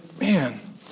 man